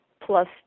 plus